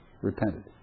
Repented